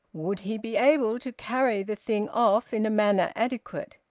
would he be able to carry the thing off in a manner adequate?